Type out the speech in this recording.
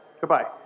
Goodbye